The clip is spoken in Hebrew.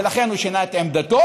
ולכן הוא שינה את עמדתו.